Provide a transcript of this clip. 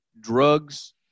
drugs